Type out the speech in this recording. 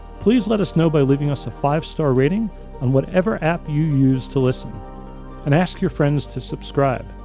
please let us know by leaving us a five-star rating on whatever app you use to listen and ask your friends to subscribe.